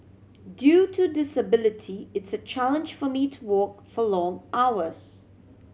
due to disability it's a challenge for me to walk for long hours